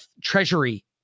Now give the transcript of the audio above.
treasury